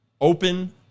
open